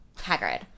Hagrid